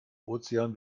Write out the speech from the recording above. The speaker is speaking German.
ozean